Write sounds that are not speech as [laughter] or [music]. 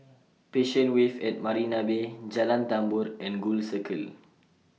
[noise] Passion Wave At Marina Bay Jalan Tambur and Gul Circle